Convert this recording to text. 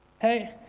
Hey